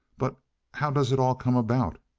but how does it all come about?